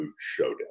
showdown